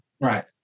Right